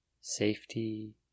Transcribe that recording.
safety